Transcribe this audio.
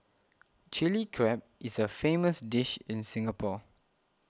Chilli Crab is a famous dish in Singapore